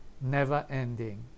never-ending